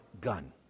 gun